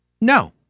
no